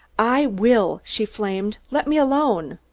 i will! she flamed. let me alone!